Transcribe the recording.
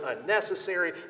unnecessary